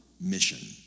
mission